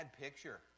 picture